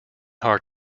heart